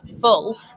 full